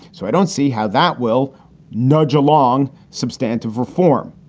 so i don't see how that will nudge along substantive reform.